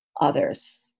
others